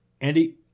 Andy